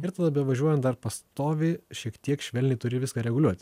ir tada bevažiuojant dar pastoviai šiek tiek švelniai turi viską reguliuoti